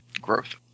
growth